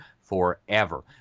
forever